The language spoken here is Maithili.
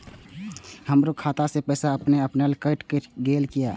हमरो खाता से पैसा अपने अपनायल केट गेल किया?